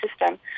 system